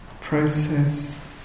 process